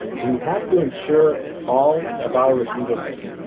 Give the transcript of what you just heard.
do you have to insure all of our receivables?